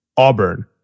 Auburn